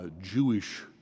Jewish